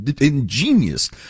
ingenious